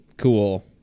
Cool